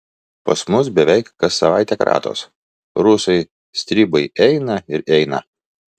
pas mus beveik kas savaitę kratos rusai stribai eina ir eina